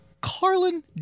Carlin